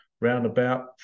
roundabout